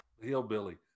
hillbilly